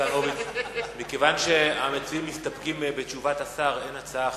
מכיוון שהמציעים מסתפקים בתשובת השר אין הצעה אחרת,